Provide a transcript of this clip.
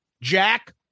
Jack